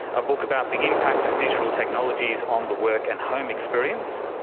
a book about the impact of digital technologies on the work and home experience.